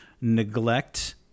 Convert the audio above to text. neglect